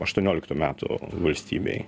aštuonioliktų metų valstybėj